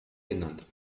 genannt